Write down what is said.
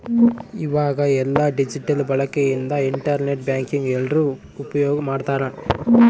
ಈವಾಗ ಎಲ್ಲ ಡಿಜಿಟಲ್ ಬಳಕೆ ಇಂದ ಇಂಟರ್ ನೆಟ್ ಬ್ಯಾಂಕಿಂಗ್ ಎಲ್ರೂ ಉಪ್ಯೋಗ್ ಮಾಡ್ತಾರ